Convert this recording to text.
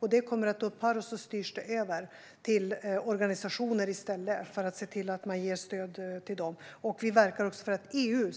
Dessa kommer att upphöra och i stället styras över till organisationer, för att ge stöd till dem. Vi verkar också för att EU